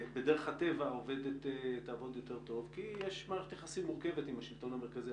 בדרך הטבע תעבוד יותר טוב כי יש מערכת יחסית מורכבת עם השלטון המרכזי,